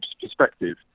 perspective